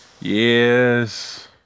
yes